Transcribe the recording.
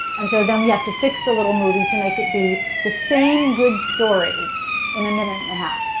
and so then we have to fix the little movie to make it be the same good story in a minute and a half.